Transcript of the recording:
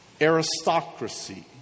Aristocracy